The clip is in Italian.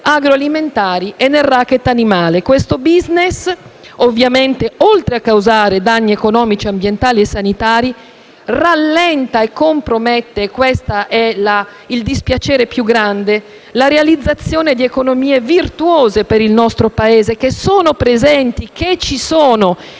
agroalimentari e nel *racket* animale. Questo *business*, ovviamente, oltre a causare danni economici, ambientali e sanitari, rallenta e compromette - questa è il dispiacere più grande - la realizzazione di economie virtuose per il nostro Paese, che sono presenti e che vanno,